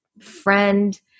friend